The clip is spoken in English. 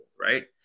right